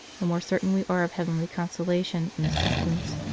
the more certain we are of heavenly consolation and assistance.